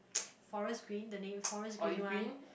forest green the name forest green one